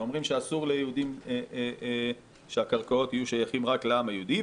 ואומרים שאסור שהקרקעות יהיו שייכות רק לעם היהודי.